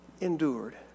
endured